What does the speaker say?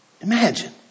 Imagine